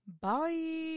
Bye